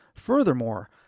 Furthermore